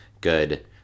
good